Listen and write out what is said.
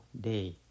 day